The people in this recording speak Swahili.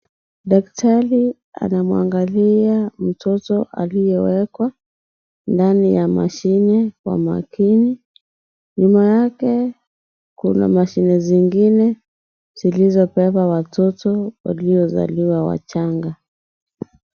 Daktari anamwangalia mtoto aliyewekwa ndani ya mashine kwa makini. Nyuma yake kuna mashine zingine zilizobeba watoto waliozaliwa wachanga.